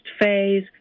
phase